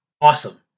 awesome